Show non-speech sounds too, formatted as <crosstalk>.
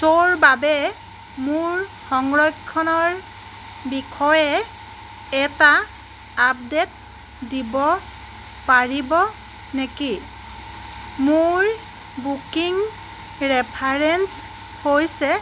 <unintelligible> বাবে মোৰ সংৰক্ষণৰ বিষয়ে এটা আপডেট দিব পাৰিব নেকি মোৰ বুকিং ৰেফাৰেন্স হৈছে